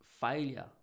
failure